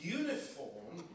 uniform